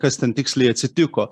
kas ten tiksliai atsitiko